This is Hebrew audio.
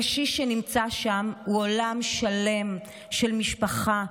קשיש שנמצא שם הוא עולם שלם של משפחה,